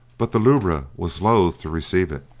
but the lubra was loath to receive it.